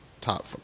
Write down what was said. top